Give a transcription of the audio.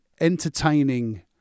entertaining